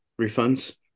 refunds